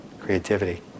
creativity